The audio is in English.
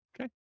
okay